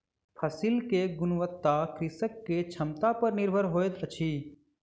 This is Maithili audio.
फसिल के गुणवत्ता कृषक के क्षमता पर निर्भर होइत अछि